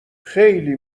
خیلی